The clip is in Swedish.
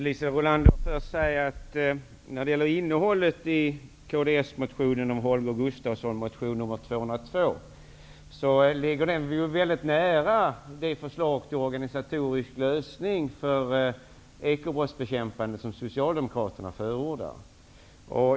Herr talman! Jag vill först säga till Liisa Rulander att innehållet i kds-motionen Ju202 av Holger Gustafsson ligger nära det förslag till organisatorisk lösning för ekobrottsbekämpande som Socialdemokraterna förordar.